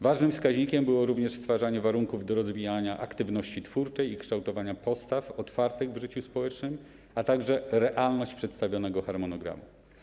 Ważnym wskaźnikiem było również stwarzanie warunków do rozwijania aktywności twórczej i kształtowania postaw otwartych w życiu społecznym, a także realność przedstawionego harmonogramu.